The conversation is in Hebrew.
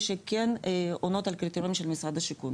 שכן עונות על הקריטריונים של משרד השיכון,